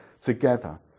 together